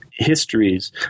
Histories